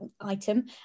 item